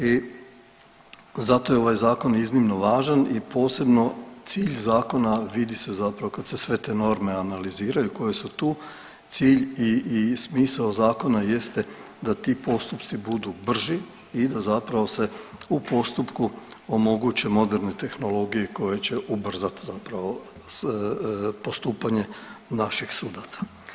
I zato je ovaj Zakon iznimno važan i posebno cilj zakona vidi se zapravo kad se sve te norme analiziraju koje su tu, cilj i smisao zakona jeste da ti postupci budu brži i da zapravo se u postupku omoguće moderne tehnologije koje će ubrzati zapravo postupanje naših sudaca.